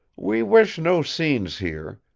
we wish no scenes here.